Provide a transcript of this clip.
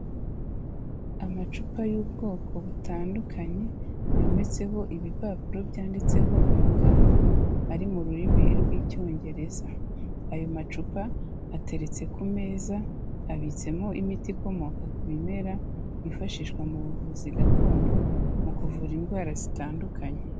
Amacupa y'ubwoko butandukanye, yometseho ibipapuro byanditseho amagambo ari mu rurimi rw'icyongereza. Ayo macupa ateretse ku meza, abitsemo imiti ikomoka ku bimera byifashishwa mu buvuzi gakondo mu kuvura indwara zitandukanye.